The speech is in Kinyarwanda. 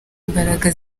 imbaraga